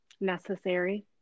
Necessary